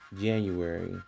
January